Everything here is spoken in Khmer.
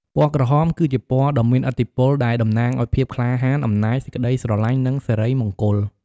ពណ៌ក្រហម គឺជាពណ៌ដ៏មានឥទ្ធិពល ដែលតំណាងឱ្យ ភាពក្លាហាន អំណាច សេចក្ដីស្រឡាញ់ និង សិរីមង្គល។